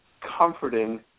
comforting